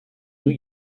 new